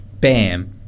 bam